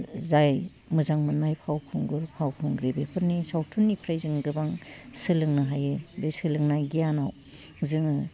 जाय मोजां मोन्नाय फावखुंगुर फावखुंग्रि बेफोरनि सावथुननिफ्राय जोङो गोबां सोलोंनो हायो बे सोलोंनाय गियानाव जोङो